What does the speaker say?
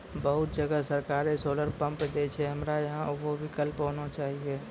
बहुत जगह सरकारे सोलर पम्प देय छैय, हमरा यहाँ उहो विकल्प होना चाहिए?